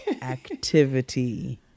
activity